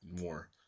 more